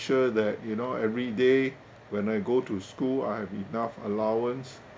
sure that you know every day when I go to school I have enough allowance